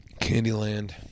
Candyland